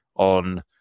on